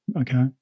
Okay